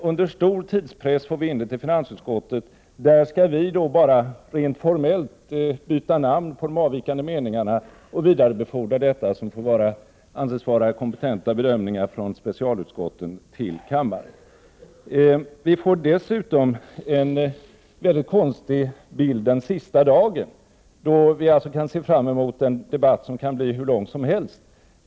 Under stor tidspress får vi sedan in dem till finansutskottet, som bara rent formellt skall byta namn på de avvikande meningarna och vidarebefodra dessa, som får anses vara kompetenta bedömningar från specialutskotten till kammaren. Vi kommer dessutom att få en mycket konstig bild den sista arbetsdagen på sessionen. Då kan vi se fram emot en debatt som kan bli hur lång som helst.